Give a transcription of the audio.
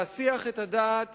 להסיח את הדעת